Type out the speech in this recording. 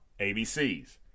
ABCs